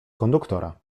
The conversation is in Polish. konduktora